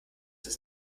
ist